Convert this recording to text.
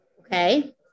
okay